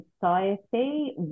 society